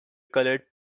colored